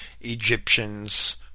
Egyptians